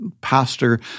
Pastor